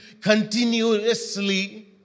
continuously